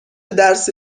درسی